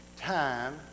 time